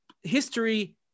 history